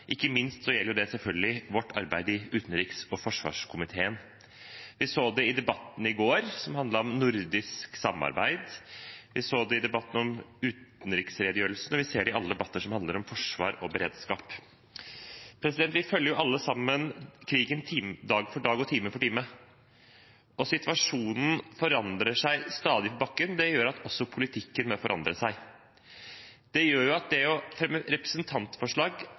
Det gjelder ikke minst vårt arbeid i utenriks- og forsvarskomiteen. Vi så det i debatten i går, som handlet om nordisk samarbeid, vi så det i debatten om utenriksredegjørelsen, og vi ser det i alle debatter som handler om forsvar og beredskap. Vi alle sammen følger krigen dag for dag og time for time. Situasjonen forandrer seg stadig på bakken; det gjør at også politikken må forandre seg. Det gjør at det å fremme representantforslag